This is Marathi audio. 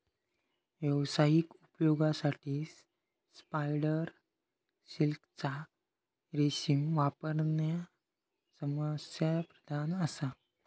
व्यावसायिक उपयोगासाठी स्पायडर सिल्कचा रेशीम वापरणा समस्याप्रधान असा